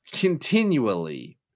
continually